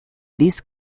these